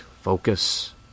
focus